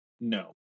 no